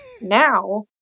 now